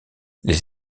les